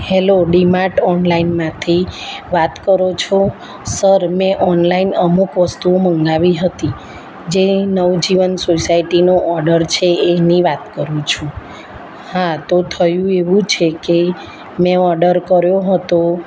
hello D Mart online માંથી વાત કરો છો સર મેં ઓનલાઈન અમુક વસ્તુઓ મંગાવી હતી જે નવજીવન સોસાયટીનો ઓડર છે એની વાત કરું છું હા તો થયું એવું છે કે મેં ઓડર કર્યો હતો